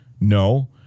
No